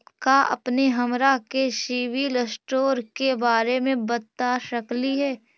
का अपने हमरा के सिबिल स्कोर के बारे मे बता सकली हे?